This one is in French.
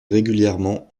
régulièrement